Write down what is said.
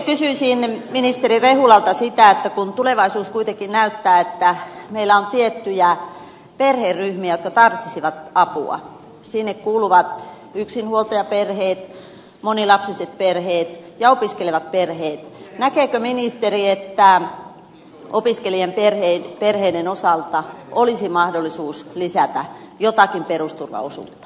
sitten kysyisin ministeri rehulalta sitä kun tulevaisuus kuitenkin näyttää että meillä on tiettyjä perheryhmiä jotka tarvitsisivat apua sinne kuuluvat yksinhuoltajaperheet monilapsiset perheet ja opiskelevat perheet näkeekö ministeri että opiskelijaperheiden osalta olisi mahdollisuus lisätä jotakin perusturvaosuutta